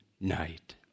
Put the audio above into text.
night